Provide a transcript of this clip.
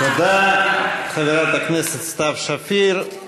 תודה, חברת הכנסת סתיו שפיר.